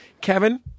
Kevin